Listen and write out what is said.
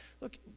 Look